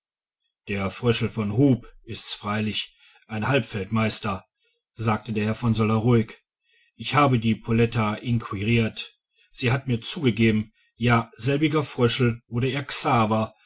der fröschel von hub is freilich ein haberfeldmeister sagte der herr von söller ruhig ich hab die poletta inquiriert sie hat mir zugegeben ja selbiger fröschel oder ihr xaver